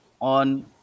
on